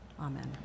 Amen